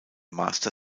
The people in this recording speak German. master